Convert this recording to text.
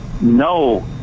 no